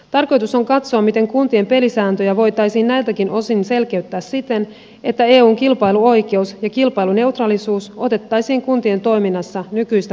tarkoitus on katsoa miten kuntien pelisääntöjä voitaisiin näiltäkin osin selkeyttää siten että eun kilpailuoikeus ja kilpailuneutraalisuus otettaisiin kuntien toiminnassa nykyistä paremmin huomioon